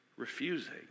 refusing